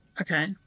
Okay